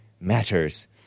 matters